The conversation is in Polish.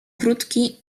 krótki